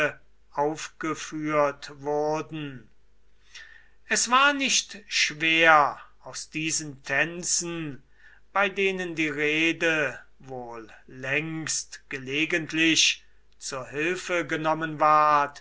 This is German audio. aufgeführt wurden es war nicht schwer aus diesen tänzen bei denen die rede wohl längst gelegentlich zur hilfe genommen ward